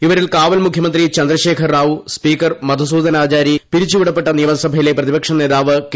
ഇവരിൽ കാവൽ മുഖ്യമന്ത്രി ചന്ദ്രശേഖർ റാറു സ്പീക്കർ മധുസുധാനാചാരി പിരിച്ചുവിടപ്പെട്ട നിയമസഭയിലെ പ്രതിപക്ഷനേതാവ് കെ